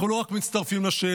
אנחנו לא רק מצטרפים לשאלה,